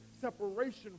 separation